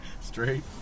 Straight